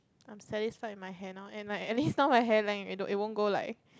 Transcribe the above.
I am satisfied my hair now and like any sound like hair length it it won't go like